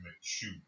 shoot